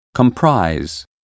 comprise